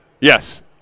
Yes